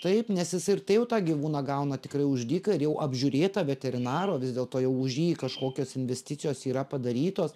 taip nes jis ir tai jau tą gyvūną gauna tikrai už dyką ir jau apžiūrėtą veterinaro vis dėlto jau už jį kažkokios investicijos yra padarytos